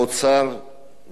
כבוד שר האוצר והשרים הנוכחים,